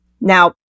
Now